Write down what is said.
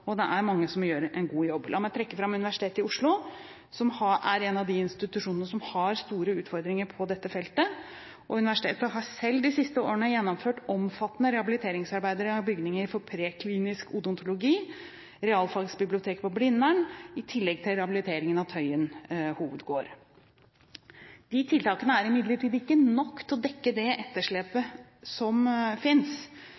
og det er mange som gjør en god jobb. La meg trekke fram Universitetet i Oslo, som er en av de institusjonene som har store utfordringer på dette feltet. Universitetet har de siste årene selv gjennomført omfattende rehabiliteringsarbeider av bygningen for Preklinisk odontologi, PO-bygningen, og Realfagsbiblioteket på Blindern, i tillegg til rehabilitering av Tøyen hovedgård. Disse tiltakene er imidlertid ikke nok til å dekke det